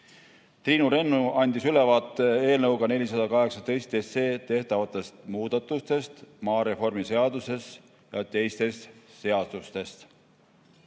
Triinu Rennu andis ülevaate eelnõuga 418 plaanitud muudatustest maareformi seaduses ja teistes seadustes.